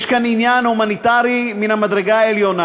יש כאן עניין הומניטרי מן המדרגה העליונה.